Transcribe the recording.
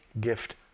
gift